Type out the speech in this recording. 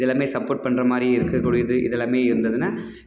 இதெல்லாமே சப்போர்ட் பண்ணுற மாதிரி இருக்குக்கூடியது இதெல்லாமே இருந்ததுன்னால்